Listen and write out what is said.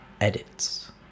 edits